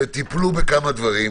וטיפלו בכמה דברים.